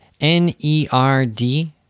N-E-R-D